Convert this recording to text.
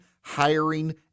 hiring